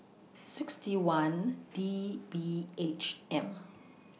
sixty one D B H M